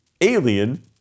alien